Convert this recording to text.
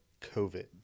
COVID